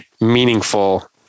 meaningful